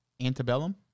antebellum